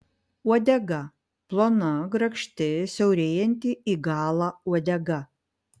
uodega plona grakšti siaurėjanti į galą uodega